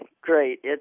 Great